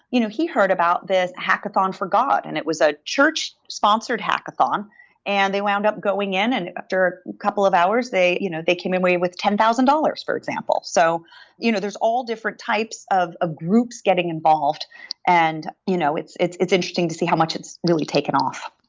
you know he heard about this hackathon for god, and it was a church sponsored hackathon and they wound up going in and after a couple of hours they you know they came away with ten thousand dollars, for example. so you know there's all different types of ah groups getting involved and you know it's it's interesting to see how much it's really taken off.